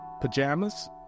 pajamas